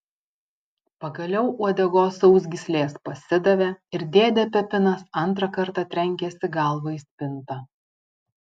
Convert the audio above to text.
pagaliau uodegos sausgyslės pasidavė ir dėdė pepinas antrą kartą trenkėsi galva į spintą